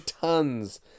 tons